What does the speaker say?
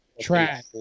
trash